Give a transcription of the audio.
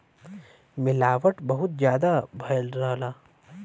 मिलावट बहुत जादा भयल रहला